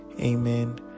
Amen